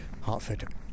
Hartford